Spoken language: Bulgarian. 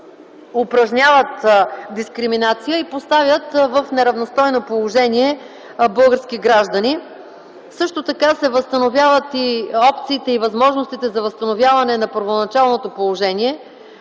упражняват дискриминация и поставят в неравностойно положение български граждани. Също така се възстановяват и опциите и възможностите за възстановяване на първоначалното положение